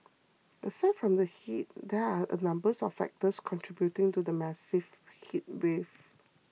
aside from the heat there are a number of factors contributing to the massive heatwave